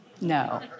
no